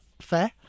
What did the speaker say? fair